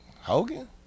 Hogan